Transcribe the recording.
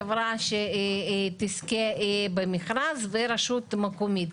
חברה שתזכה במכרז ורשות מקומית,